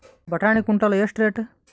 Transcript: ಬಟಾಣಿ ಕುಂಟಲ ಎಷ್ಟು ರೇಟ್?